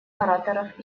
ораторов